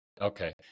Okay